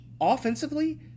Offensively